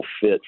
fit